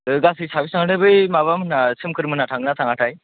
गासै साबैसे थांनो बै माबा मोनहा सोमखोर मोना थांगोन ना थाङाथाय